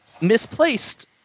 misplaced